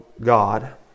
God